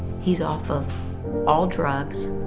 he's off of all drugs.